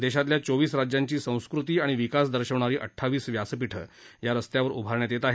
देशातल्या चोवीस राज्यांची संस्कृती आणि विकास दर्शवणारी अठ्ठावीस व्यासपीठं या रस्त्यावर उभारण्यात येत आहेत